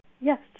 Yes